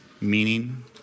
meaning